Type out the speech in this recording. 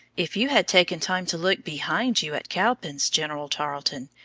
if you had taken time to look behind you at cowpens, general tarleton,